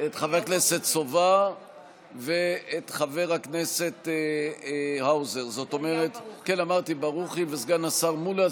את חבר הכנסת סובה ואת חברי הכנסת האוזר וברוכי וסגן השר מולא.